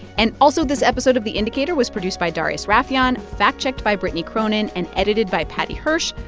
and also, this episode of the indicator was produced by darius rafieyan, fact-checked by brittany cronin and edited by paddy hirsch.